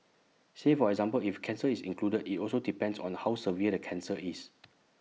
say for example if cancer is included IT also depends on how severe the cancer is